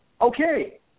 Okay